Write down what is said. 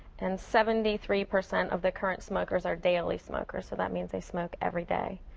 and seventy three percent of the current smokers are daily smokers, so that means they smoke every day.